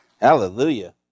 Hallelujah